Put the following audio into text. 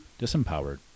disempowered